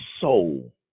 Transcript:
soul